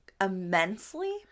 immensely